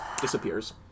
disappears